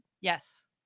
Yes